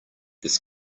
this